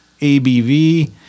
ABV